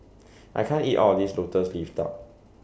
I can't eat All of This Lotus Leaf Duck